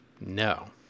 No